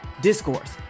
Discourse